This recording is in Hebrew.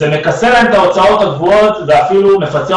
זה מכסה להם את ההוצאות הקבועות וזה אפילו מכסה